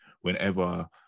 whenever